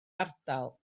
ardal